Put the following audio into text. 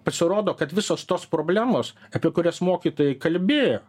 pasirodo kad visos tos problemos apie kurias mokytojai kalbėjo